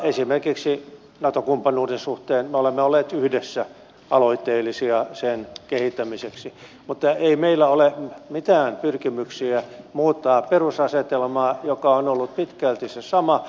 esimerkiksi nato kumppanuuden suhteen me olemme olleet yhdessä aloitteellisia sen kehittämiseksi mutta ei meillä ole mitään pyrkimyksiä muuttaa perusasetelmaa joka on ollut pitkälti se sama